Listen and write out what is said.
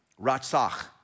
Ratsach